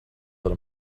than